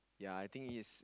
ya I think he's